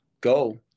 go